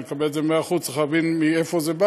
ואני מקבל את זה במאה אחוזים: צריך להבין מאיפה זה בא